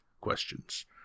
questions